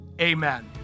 Amen